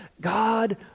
God